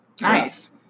Nice